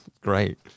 great